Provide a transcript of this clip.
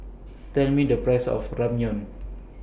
Tell Me The Price of Ramyeon